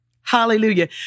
Hallelujah